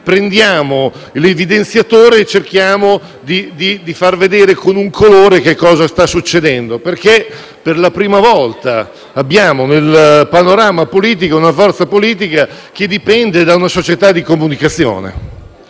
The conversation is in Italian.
prendiamo l'evidenziatore e cerchiamo di far vedere, con un colore, che cosa sta succedendo. Per la prima volta abbiamo nel panorama politico una forza politica che dipende da una società di comunicazione